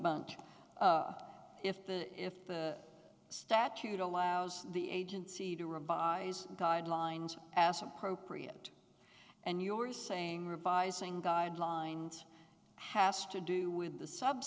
bunch if the if the statute allows the agency to revise guidelines as appropriate and you are saying revising guidelines has to do with the sub